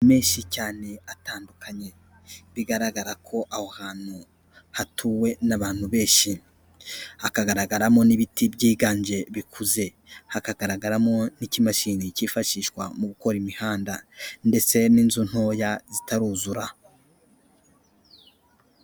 Amazu menshi cyane atandukanye, bigaragara ko aho hantu hatuwe n'abantu benshi, hakagaragaramo n'ibiti byiganje bikuze, hakagaragaramo n'ikimashini cyifashishwa mu gukora imihanda ndetse n'inzu ntoya zitaruzura.